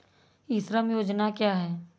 ई श्रम योजना क्या है?